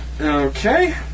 Okay